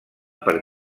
per